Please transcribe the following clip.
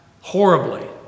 horribly